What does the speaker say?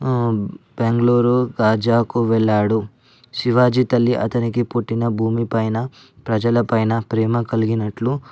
బెంగళూరు కాజాకు వెళ్ళాడు శివాజీ తల్లి అతనికి పుట్టిన భూమి పైన ప్రజల పైన ప్రేమ కలిగినట్లు